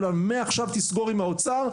אבל מעכשיו תסגור עם האוצר,